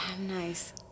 nice